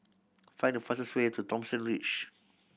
find the fastest way to Thomson Ridge